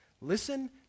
Listen